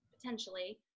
potentially